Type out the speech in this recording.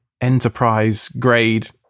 enterprise-grade